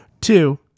Two